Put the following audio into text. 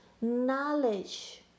knowledge